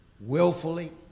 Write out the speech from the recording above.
willfully